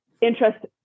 interest